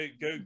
go